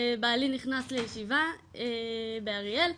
בעלי נכנס לישיבה באריאל,